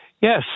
Yes